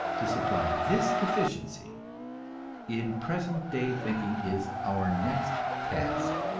to supply this deficiency in present day thinking is our next task.